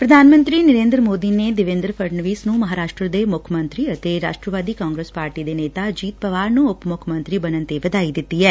ਪ੍ਧਾਨ ਮੰਤਰੀ ਨਰੇਂਦਰ ਮੋਦੀ ਨੇ ਦੇਵੇਂਦਰ ਫੜਨਵੀਸ ਨੂੰ ਮਹਾਂਰਾਸ਼ਟਰ ਦੇ ਮੁੱਖ ਮੰਤਰੀ ਅਤੇ ਰਾਸ਼ਟਰਵਾਦੀ ਕਾਂਗਰਸ ਪਾਰਟੀ ਦੇ ਨੇਤਾ ਅਜੀਤ ਪਵਾਰ ਨੂੰ ਉਪ ਮੁੱਖ ਮੰਤਰੀ ਬਣਨ ਤੇ ਵਧਾਈ ਦਿੱਤੀ ਐ